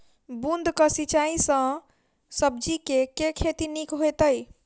बूंद कऽ सिंचाई सँ सब्जी केँ के खेती नीक हेतइ?